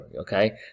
okay